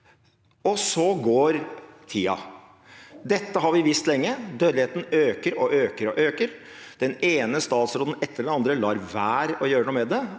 Tiden går. Dette har vi visst lenge. Dødeligheten øker og øker og øker. Den ene statsråden etter den andre lar være å gjøre noe med det,